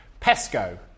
PESCO